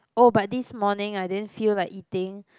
oh but this morning I didn't feel like eating